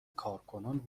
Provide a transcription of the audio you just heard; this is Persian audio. کارکنان